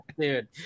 Dude